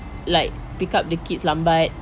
like pick up the kids l am bet